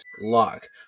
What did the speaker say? lock